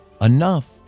Enough